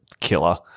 killer